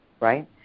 right